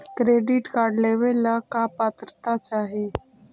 Credit card लेवेला का पात्रता चाही?